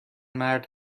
مرد